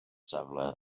safle